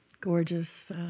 gorgeous